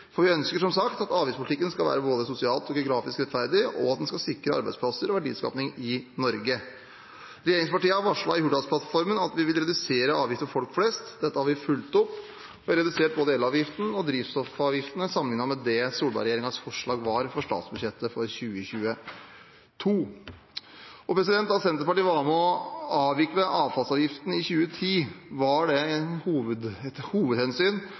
For vi ønsker, som sagt, at avgiftspolitikken skal være både sosialt og geografisk rettferdig, og at den skal sikre arbeidsplasser og verdiskaping i Norge. Regjeringspartiene varslet i Hurdalsplattformen at vi vil redusere avgifter for folk flest. Dette har vi fulgt opp. Vi har redusert både elavgiften og drivstoffavgiftene, sammenlignet med det Solberg-regjeringens forslag var for statsbudsjettet for 2022. Da Senterpartiet var med på å avvikle avfallsavgiften i 2010, så var et hovedhensyn konkurransesituasjonen mot svenske avfallsanlegg, at en